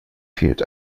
fehlt